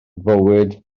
fywyd